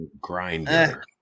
Grinder